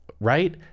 Right